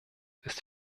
ist